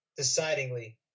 decidingly